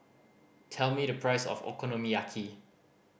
tell me the price of Okonomiyaki